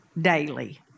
daily